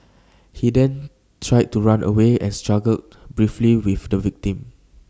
he then tried to run away and struggled briefly with the victim